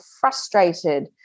frustrated